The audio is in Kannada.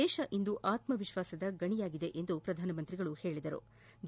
ದೇಶ ಇಂದು ಆತ್ನಾವಿಶ್ಲಾಸದ ಗಣಿಯಾಗಿದೆ ಎಂದರು